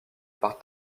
par